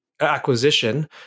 acquisition